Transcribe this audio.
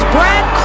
Brad